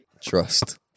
Trust